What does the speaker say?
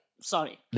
Sorry